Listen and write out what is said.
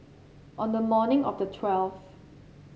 on the morning of the twelfth